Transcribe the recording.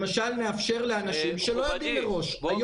למשל, נאפשר לאנשים שלא יודעים מראש.